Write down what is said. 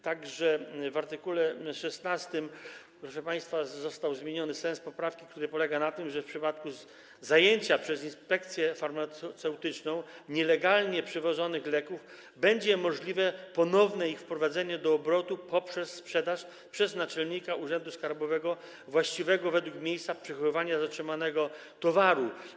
Także w art. 16, proszę państwa, został zmieniony sens poprawki, który polega na tym, że w przypadku zajęcia przez inspekcję farmaceutyczną nielegalnie przewożonych leków będzie możliwe ponowne ich wprowadzenie do obrotu poprzez sprzedaż przez naczelnika urzędu skarbowego właściwego według miejsca przechowywania zatrzymanego towaru.